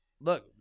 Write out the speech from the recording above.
look